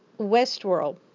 Westworld